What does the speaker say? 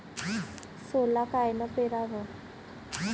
सोला कायनं पेराव?